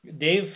Dave